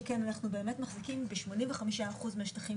שכן אנחנו באמת מחכים בשמונים וחמישה אחוז מהשטחים